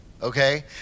Okay